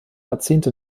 jahrzehnte